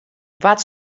wat